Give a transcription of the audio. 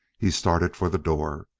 he started for the door.